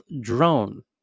drone